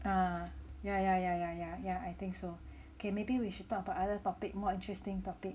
ah yeah yeah yeah yeah yeah yeah I think so okay maybe we should talk about other topic more interesting topic